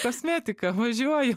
kosmetika važiuoju